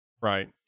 right